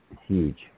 huge